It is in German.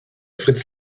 fritz